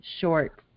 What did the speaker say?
short